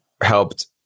helped